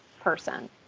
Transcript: person